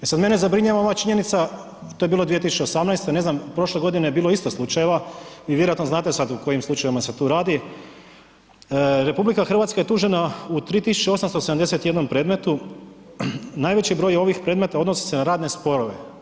E sad mene zabrinjava ova činjenica, to je bilo 2018., ne znam prošle godine je bilo isto slučajeva, vi vjerojatno znate sad u kojim slučajevima se tu radi, RH je tužena u 3871 predmetu, najveći broj ovih predmeta odnosi se na radne sporove.